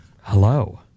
Hello